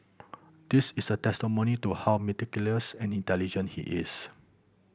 that is a testimony to how meticulous and intelligent he is